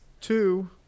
two